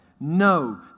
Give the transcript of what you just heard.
No